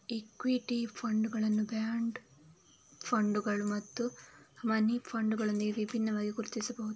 equity ಫಂಡುಗಳನ್ನು bond ಫಂಡುಗಳು ಮತ್ತು ಮನಿ ಫಂಡುಗಳೊಂದಿಗೆ ವಿಭಿನ್ನವಾಗಿ ಗುರುತಿಸಬಹುದು